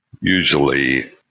usually